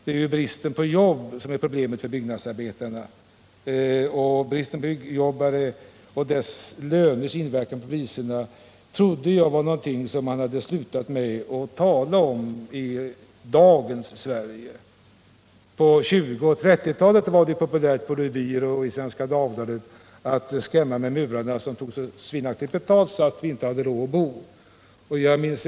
Det är ju bristen på jobb som är problemet för byggnadsarbetarna! Bristen på byggjobbare och deras löners inverkan på priserna trodde jag man hade slutat tala om i dagens Sverige. På 1920 och 1930-talet var det i revyer och i Svenska Dagbladet populärt att skrämma med murarna som tog så svinaktigt betalt att vi inte hade råd att bo.